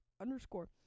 underscore